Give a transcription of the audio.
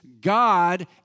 God